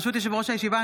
ברשות יושב-ראש הישיבה,